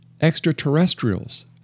extraterrestrials